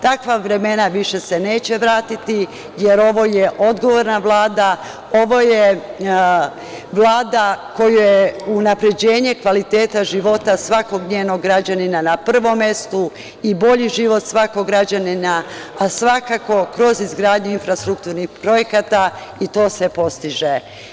Takva vremena više se neće vratiti, jer ovo je odgovorna Vlada, ovo je Vlada koju je unapređenje kvaliteta života svakog njenog građanina na prvom mestu i bolji život svakog građanina, a svakako kroz izgradnju infrastrukturnih projekata i to se postiže.